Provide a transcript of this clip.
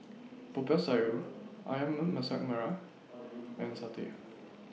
Popiah Sayur Ayam Masak Merah and Satay